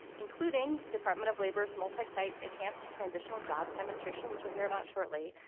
including department of labor's multi site enhanced transitional jobs demonstration, which we'll hear about shortly,